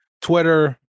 Twitter